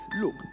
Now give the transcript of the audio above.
Look